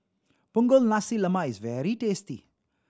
Punggol Nasi Lemak is very tasty